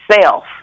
self